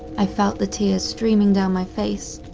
i felt the tears streaming down my face,